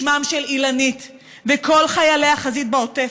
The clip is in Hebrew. בשמם של אילנית וכל חיילי החזית בעוטף,